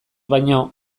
baino